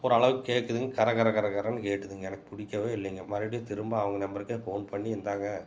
ஓரளவுக்கு கேக்குதுங்க கர கர கர கரன்னு கேட்டுதுங்க எனக்கு பிடிக்கவே இல்லைங்க மறுபடியும் திரும்ப அவங்க நம்பருக்கே போன் பண்ணி இந்தாங்க